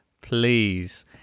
please